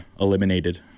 eliminated